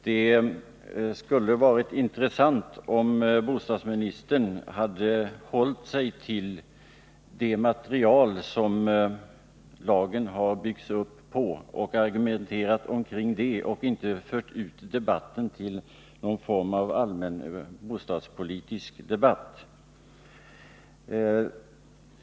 Det skulle ha varit intressant om bostadsministern hade hållit sig till det material som lagen har byggts upp på och argumenterat omkring det och inte utvidgat debatten till någon form av allmänbostadspolitisk debatt.